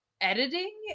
editing